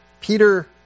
Peter